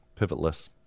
Pivotless